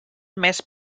més